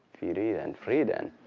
fereeden. freeden?